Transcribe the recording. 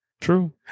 True